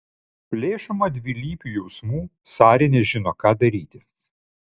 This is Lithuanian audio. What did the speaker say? plėšoma dvilypių jausmų sari nežino ką daryti